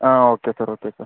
ആ okay sir okay sir